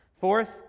Fourth